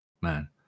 man